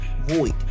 void